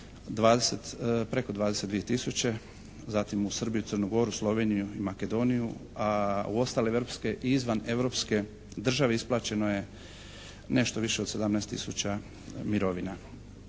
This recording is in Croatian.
preko 22 tisuće, zatim u Srbiju i Crnu Goru, Sloveniju i Makedoniju a u ostale europske i izvaneuropske države isplaćeno je nešto više od 17 tisuća mirovina.